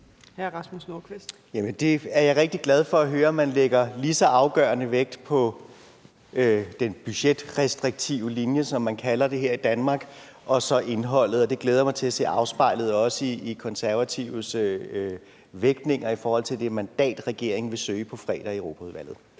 14:37 Rasmus Nordqvist (ALT): Det er jeg rigtig glad for at høre, altså at man lægger lige så afgørende vægt på den budgetrestriktive linje, som man kalder det her i Danmark, og så indholdet, og det glæder jeg mig til at se afspejlet også i Konservatives vægtninger i forhold til det mandat, regeringen vil søge på fredag i Europaudvalget.